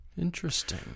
Interesting